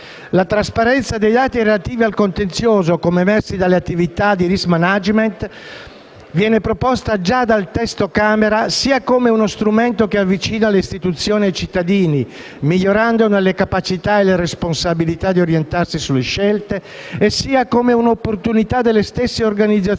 La trasparenza dei dati relativi al contenzioso, come emersi dalle attività di *risk management*, viene proposta già nel testo della Camera dei deputati sia come uno strumento che avvicina le istituzioni ai cittadini, migliorandone le capacità e le responsabilità di orientarsi sulle scelte, sia come un'opportunità delle stesse organizzazioni